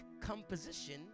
composition